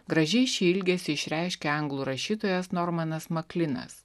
gražiai šį ilgesį išreiškia anglų rašytojas normanas maklinas